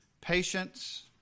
patience